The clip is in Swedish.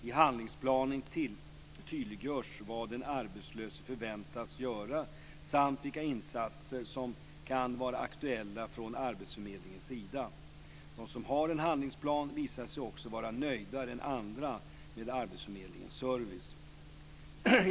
I handlingsplanen tydliggörs vad den arbetslöse förväntas göra samt vilka insatser som kan vara aktuella från arbetsförmedlingens sida. De som har en handlingsplan visar sig också vara nöjdare än andra med arbetsförmedlingens service.